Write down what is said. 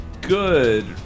good